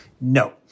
No